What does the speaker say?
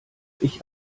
ich